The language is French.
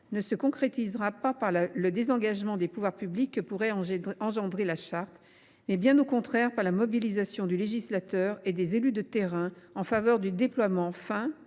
se concrétisera non pas par le désengagement des pouvoirs publics que pourrait engendrer d’une telle charte, mais, bien au contraire, par la mobilisation du législateur et des élus de terrain en faveur du déploiement fin,